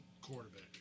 quarterback